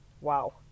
Wow